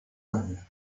años